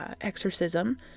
exorcism